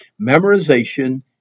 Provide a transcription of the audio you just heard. memorization